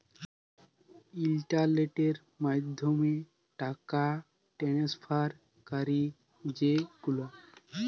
ইলটারলেটের মাধ্যমে টাকা টেনেসফার ক্যরি যে গুলা